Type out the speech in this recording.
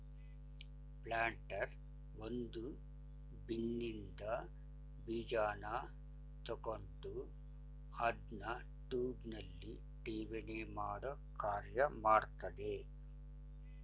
planter ಒಂದು ಬಿನ್ನಿನ್ದ ಬೀಜನ ತಕೊಂಡು ಅದ್ನ ಟ್ಯೂಬ್ನಲ್ಲಿ ಠೇವಣಿಮಾಡೋ ಕಾರ್ಯ ಮಾಡ್ತದೆ